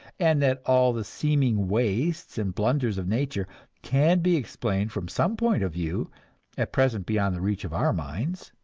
and that all the seeming wastes and blunders of nature can be explained from some point of view at present beyond the reach of our minds.